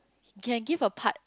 you can give a part